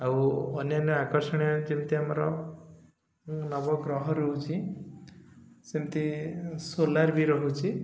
ଆଉ ଅନ୍ୟାନ୍ୟ ଆକର୍ଷଣୀୟ ଯେମିତି ଆମର ନବଗ୍ରହ ରହୁଛି ସେମିତି ସୋଲାର ବି ରହୁଛି